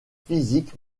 physique